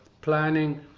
planning